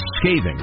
scathing